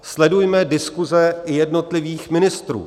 Sledujme diskuse jednotlivých ministrů.